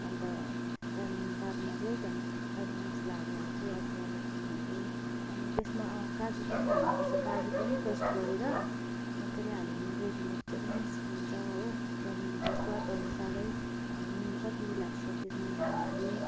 अन्त त्यहाँदेखि बादमा चाहिँ त्यहाँदेखि अरू मसलाहरू हाल्छु अदुवा लसुनहरू अनि त्यसमा काजु पनि हाल्नु पर्छ काजु पनि पेस्ट गरेर मज्जाले हाल्यो भने ग्रेभी मज्जाले निस्किन्छ हो त्यहाँदेखिको स्वाद अनुसारै नुन कति लाग्छ त्यो नुनहरू हाल्यो